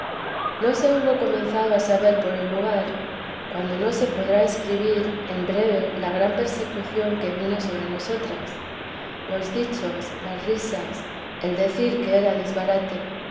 no se hubo comenzado a saber por el lugar cuando no se podría escribir en breve la gran persecución que vino sobre nosotras los dichos las risas el decir que era disbarate